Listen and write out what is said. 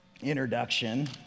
introduction